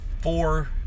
four